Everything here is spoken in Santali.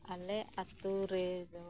ᱟᱞᱮ ᱟᱛᱩ ᱨᱮ ᱫᱚ